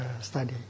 study